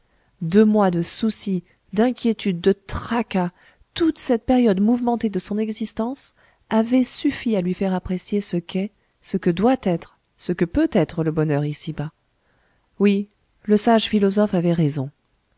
deux mois de soucis d'inquiétudes de tracas toute cette période mouvementée de son existence avait suffi à lui faire apprécier ce qu'est ce que doit être ce que peut être le bonheur ici-bas oui le sage philosophe avait raison